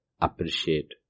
appreciate